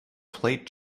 played